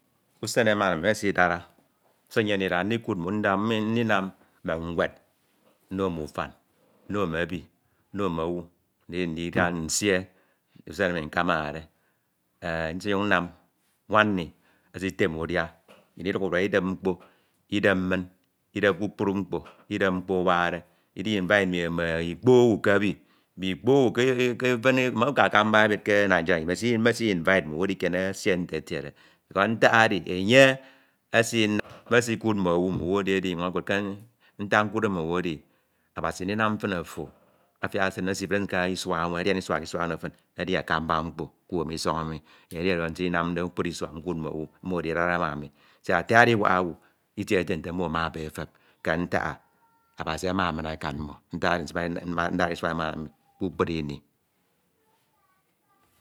Usen emana mmi mesidara, usen nyemde ndidara ndikud mm'owu nda ndinam mme ñwed nno mm'ufan nno mene ebi, nno mme owu ndindida nsie usen emi nkamanade eh nyuñ nnam nwan nni esitem udia nnyin iduk urua idep mkpo, idep mmin, kpukpru mkpo. Idep mkpo awakde i invite mme ikpo owu ke ebi mme ikpo owu ifin ke akamba ebi ke Nigeria mesi invite mmo edikiene esie nte etiede ntak edi enye. Mesikud mmowu edi mmowu edi edinyuñ okud ke ntak nkudde mm'owu edi Abasi ndinam fin ofo afiak esin esi fin esin ke isua ewen adian isua ono fin edi akamba mkpo k'isọñ emi, enye edi oro nsinamde kpukpru isua nkud mm'owu, mmo edidara ma ami siak ati adiwak owu itiehetie nte mmo amaebe etep ke ntak ah Abasi ama min akan mmo, ntak edi oro udaha isua emana mmi kpukpru ini.